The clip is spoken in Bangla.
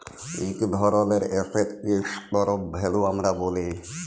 ইক ধরলের এসেটকে স্টর অফ ভ্যালু আমরা ব্যলি